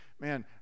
man